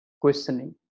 questioning